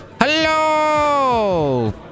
Hello